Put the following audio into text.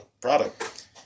product